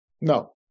No